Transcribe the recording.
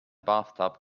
bathtub